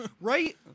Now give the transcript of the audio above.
Right